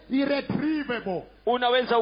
irretrievable